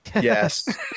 Yes